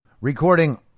recording